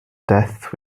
death